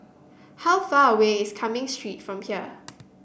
how far away is Cumming Street from here